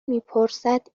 میپرسد